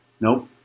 Nope